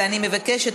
ואני מבקשת,